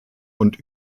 und